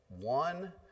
one